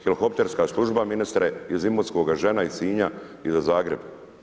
Helikopterska služba ministre, iz Imotskoga, žena iz Sinja i za Zagreb.